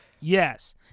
Yes